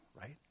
right